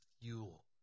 fuel